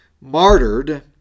martyred